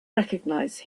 recognize